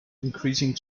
increasing